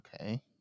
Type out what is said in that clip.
Okay